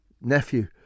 nephew